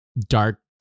dark